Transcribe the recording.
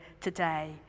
today